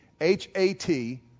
H-A-T